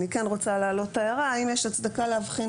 אני כן רוצה להעלות הערה האם יש הצדקה להבחין